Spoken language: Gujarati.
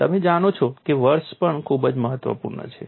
તમે જાણો છો કે વર્ષ પણ ખૂબ જ મહત્વપૂર્ણ છે